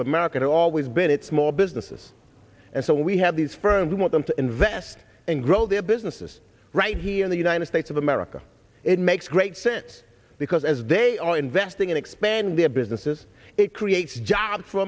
of america has always been it's small businesses and so we have these firms we want them to invest and grow their businesses right here in the united states of america it makes great sense because as they are investing in expand their businesses it creates jobs for